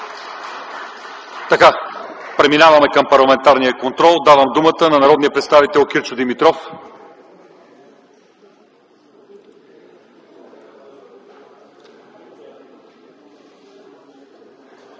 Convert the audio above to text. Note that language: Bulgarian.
: Преминаваме към парламентарния контрол. Давам думата на народния представител Кирчо Димитров.